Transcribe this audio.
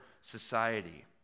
society